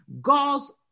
God's